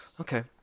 Okay